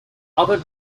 other